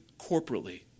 corporately